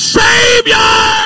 savior